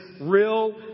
real